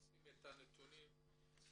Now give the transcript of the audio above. אתם מוצאים את הנתונים מהשטח.